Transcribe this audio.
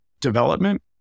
development